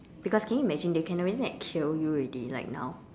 because can you imagine they can already like kill you already like now